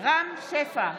רם שפע,